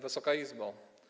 Wysoka Izbo!